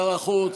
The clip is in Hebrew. שר החוץ.